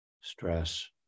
stress